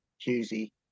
juicy